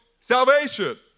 salvation